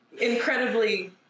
incredibly